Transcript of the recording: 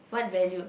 what values